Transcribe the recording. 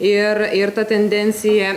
ir ir ta tendencija